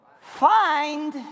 find